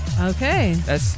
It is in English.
Okay